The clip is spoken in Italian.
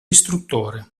istruttore